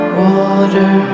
water